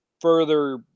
further